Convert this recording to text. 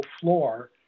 floor